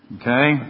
Okay